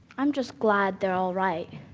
i'm just glad they're alright.